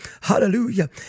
hallelujah